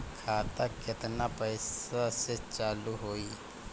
खाता केतना पैसा से चालु होई?